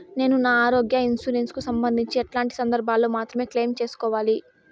నేను నా ఆరోగ్య ఇన్సూరెన్సు కు సంబంధించి ఎట్లాంటి సందర్భాల్లో మాత్రమే క్లెయిమ్ సేసుకోవాలి?